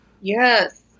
yes